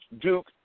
Duke